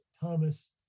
Thomas